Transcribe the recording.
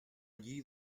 allí